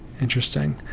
interesting